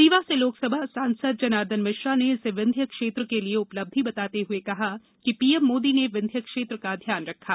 रीवा से लोकसभा सांसद जनार्दन मिश्रा ने इसे विंध्य क्षेत्र के लिए उपलब्धि बताते हुए कहा है कि पीएम मोदी ने विंध्य क्षेत्र का ध्यान रखा है